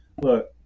Look